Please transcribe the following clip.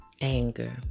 anger